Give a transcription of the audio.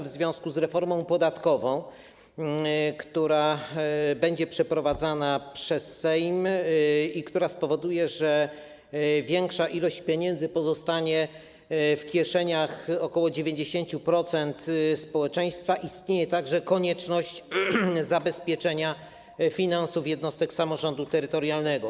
W związku z reformą podatkową, która będzie przeprowadzana przez Sejm i która spowoduje, że większa ilość pieniędzy pozostanie w kieszeniach ok. 90% społeczeństwa, istnieje także konieczność zabezpieczenia finansów jednostek samorządu terytorialnego.